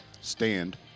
Stand